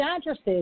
addresses